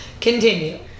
Continue